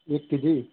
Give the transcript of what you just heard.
एक के जी